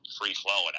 free-flowing